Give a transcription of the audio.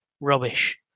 rubbish